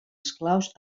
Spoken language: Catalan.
esclaus